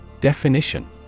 Definition